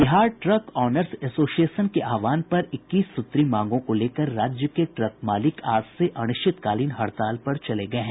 Bihar truck owners association के आह्वान पर इक्कीस सूत्री मांगों को लेकर राज्य के ट्रक मालिक आज से अनिश्चितकालीन हड़ताल पर चले गये हैं